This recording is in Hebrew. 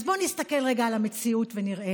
אז בואו רגע נסתכל על המציאות ונראה: